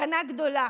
סכנה גדולה.